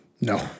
No